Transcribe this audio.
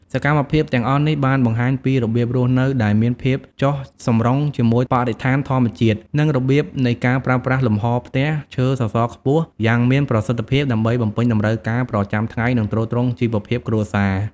សកម្មភាពទាំងអស់នេះបានបង្ហាញពីរបៀបរស់នៅដែលមានភាពចុះសម្រុងជាមួយបរិស្ថានធម្មជាតិ និងរបៀបនៃការប្រើប្រាស់លំហរផ្ទះឈើសសរខ្ពស់យ៉ាងមានប្រសិទ្ធភាព ដើម្បីបំពេញតម្រូវការប្រចាំថ្ងៃ និងទ្រទ្រង់ជីវភាពគ្រួសារ ។